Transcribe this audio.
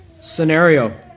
scenario